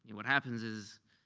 and what happens is,